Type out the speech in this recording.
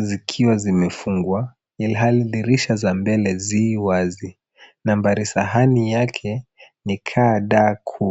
zikiwa zimefungwa ilhali dirisha za mbele zi wazi nambari sahani yake ni kdk.